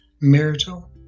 marital